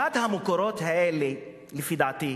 אחד המקורות האלה, לפי דעתי,